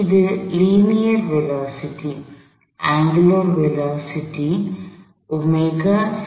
இது linear velocity linear velocityநேரியல் வேகம்